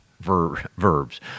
verbs